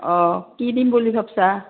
অঁ কি দিম বুলি ভাবছা